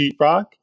sheetrock